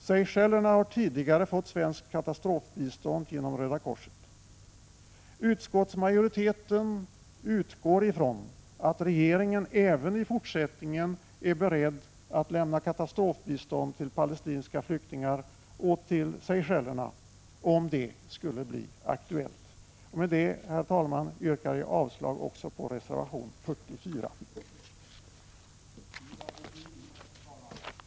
Seychellerna har tidigare fått svenskt katastrofbistånd genom Röda korset. Utskottsmajoriteten utgår ifrån att regeringen även i fortsättningen är beredd att lämna katastrofbistånd till palestinska flyktingar och till Seychellerna, om det skulle bli aktuellt. Därför bör även reservation 44 avslås. Herr talman! Jag yrkar bifall till utskottets hemställan på ifrågavarande punkter, vilket innebär avslag på samtliga åberopade reservationer.